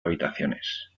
habitaciones